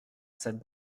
cette